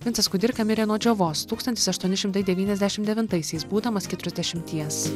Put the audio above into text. vincas kudirka mirė nuo džiovos tūkstantis aštuoni šimtai devyniasdešim devintaisiais būdamas keturiasdešimties